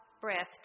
breath